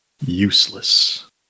useless